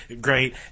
great